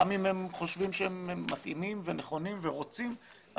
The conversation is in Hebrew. גם אם הם חושבים שהם מתאימים ונכונים ורוצים,